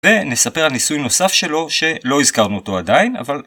ונספר על ניסוי נוסף שלו שלא הזכרנו אותו עדיין, אבל...